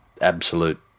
absolute